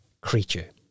creature